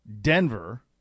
Denver